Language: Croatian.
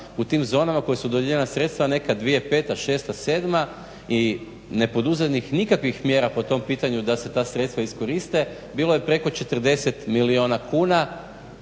u tim zonama koja su dodijeljena sredstva neka 2005., 2006., 2007. i ne poduzetih nikakvih mjera po tom pitanju da se ta sredstva iskoriste. Bilo je preko 40 milijuna kuna